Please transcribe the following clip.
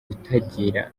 utagira